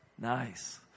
Nice